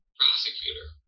prosecutor